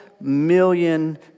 million